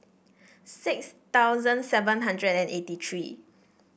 six thousand seven hundred and eighty three